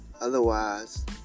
otherwise